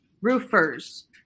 roofers